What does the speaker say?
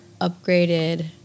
upgraded